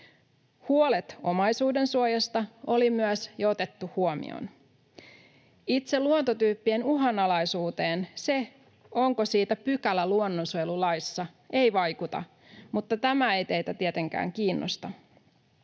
Huolet omaisuudensuojasta oli myös jo otettu huomioon. Itse luontotyyppien uhanalaisuuteen se, onko siitä pykälä luonnonsuojelulaissa, ei vaikuta, mutta tämä ei teitä tietenkään kiinnosta.